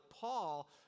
Paul